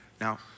Now